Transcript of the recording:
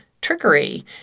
trickery